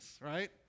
right